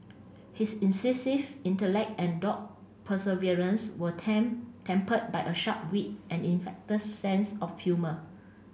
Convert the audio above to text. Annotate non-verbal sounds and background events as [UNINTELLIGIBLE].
his incisive intellect and dogged perseverance were [UNINTELLIGIBLE] tempered by a sharp wit and infectious sense of humour